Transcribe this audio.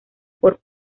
por